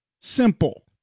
Simple